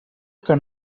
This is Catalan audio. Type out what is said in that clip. que